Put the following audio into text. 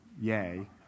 yay